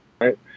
right